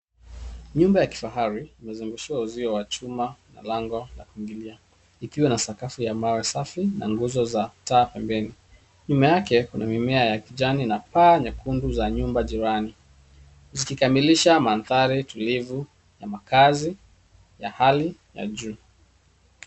Nyumba ya kifahari iliyozungushiwa uzio wa chuma na lango ikiwa na sakafu ya mawe safi na nguzo za taa pembeni. Nyuma yake kuna mimea ya kijani na paa nyekundu za nyumba jirani zikikamilisha mandhari tulivu na makazi ya hali ya juu.